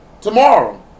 tomorrow